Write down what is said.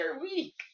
week